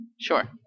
Sure